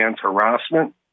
harassment